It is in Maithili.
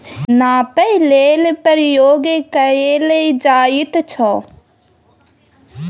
एम.आइ.आर.आर केँ कैपिटल बजटिंग मे दोसर निबेश केँ नापय लेल प्रयोग कएल जाइत छै